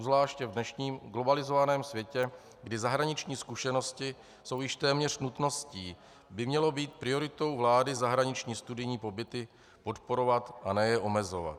Obzvláště v dnešním globalizovaném světě, kdy zahraniční zkušenosti jsou již téměř nutností, by mělo být prioritou vlády zahraniční studijní pobyty podporovat, a ne je omezovat.